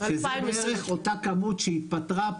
שזו בערך אותה כמות שהתפטרה,